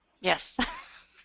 Yes